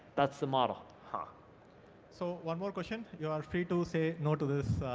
that's the model. ah so one more question, you are free to say no to this,